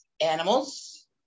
animals